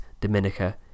Dominica